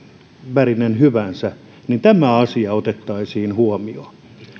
värinen hyvänsä niin tämä asia otettaisiin huomioon